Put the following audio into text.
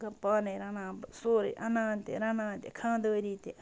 پانَے رَنان بہٕ سورُے اَنان تہِ رَنان تہِ خانٛدٲری تہِ